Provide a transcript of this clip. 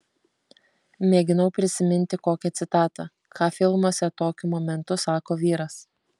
mėginau prisiminti kokią citatą ką filmuose tokiu momentu sako vyras